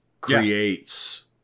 creates